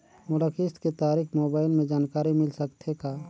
मोला किस्त के तारिक मोबाइल मे जानकारी मिल सकथे का?